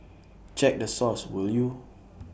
check the source will you